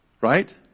Right